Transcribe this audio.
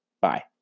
Bye